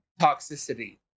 toxicity